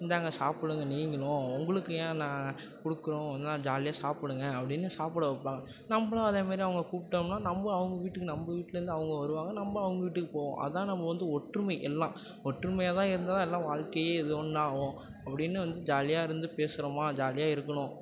இந்தாங்க சாப்பிடுங்க நீங்களும் உங்களுக்கு ஏன் நான் கொடுக்குறோம் இந்தாங்க ஜாலியாக சாப்பிடுங்க அப்படின்னு சாப்பிட வைப்பாங்க நம்பளும் அதே மாதிரி அவங்கள கூப்பிட்டோம்னா நம்மளும் அவங்க வீட்டுக்கு நம்ப வீட்லேருந்து அவங்க வருவாங்க நம்ப அவங்க வீட்டுக்கு போவோம் அதுதான் நம்ம வந்து ஒற்றுமை எல்லாம் ஒற்றுமையாக தான் இருந்தால்தான் எல்லாம் வாழ்க்கையே இது ஒன்றாவும் அப்படின்னு வந்து ஜாலியாக இருந்து பேசுகிறோமா ஜாலியாக இருக்கணும்